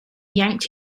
yanked